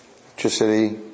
electricity